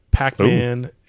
Pac-Man